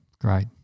great